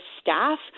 staff